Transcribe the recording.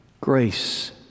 Grace